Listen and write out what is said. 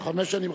תוך חמש שנים,